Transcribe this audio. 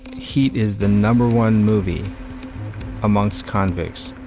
heat is the number one movie amongst convicts.